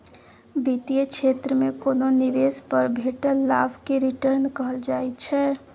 बित्तीय क्षेत्र मे कोनो निबेश पर भेटल लाभ केँ रिटर्न कहल जाइ छै